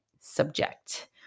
subject